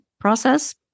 process